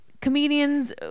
Comedians